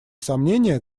сомнения